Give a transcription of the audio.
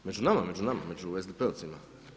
Među nama, među nama, među SDP-ovcima.